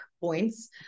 points